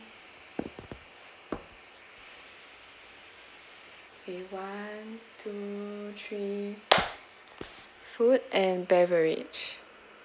okay one two three food and beverage